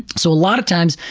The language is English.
so a lot of times,